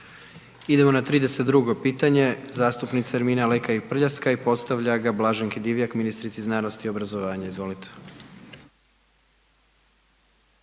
Idemo na 32. pitanje zastupnica Ermina Lekaj Prljaskaj i postavlja ga Blaženki Divjak, ministrici znanosti i obrazovanja, izvolite.